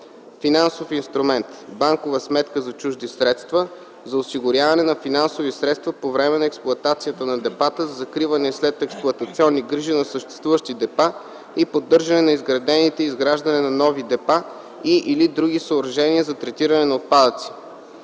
финансов инструмент (банкова сметка за чужди средства) за осигуряване на финансови средства по време на експлоатацията на депата за закриване и следексплоатационни грижи на съществуващи депа и поддържане на изградените и изграждане на нови депа и/или други съоръжения за третиране на отпадъци.